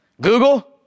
Google